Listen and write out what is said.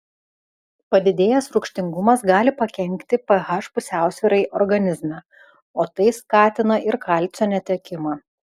padidėjęs rūgštingumas gali pakenkti ph pusiausvyrai organizme o tai skatina ir kalcio netekimą